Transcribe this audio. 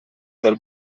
del